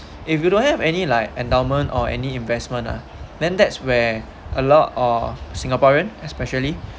if you don't have any like endowment or any investment ah then that's where a lot of singaporean especially